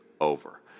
over